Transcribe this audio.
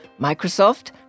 Microsoft